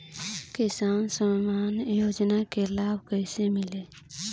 किसान सम्मान योजना के लाभ कैसे मिली?